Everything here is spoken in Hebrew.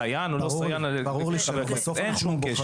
סייען או לא סייען -- ברור לי שלא אבל בסוף -- לא,